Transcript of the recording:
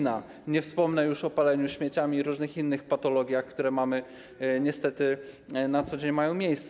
Nie wspomnę już o paleniu śmieciami i różnych innych patologiach, które niestety na co dzień mają miejsce.